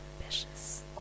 Ambitious